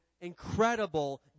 incredible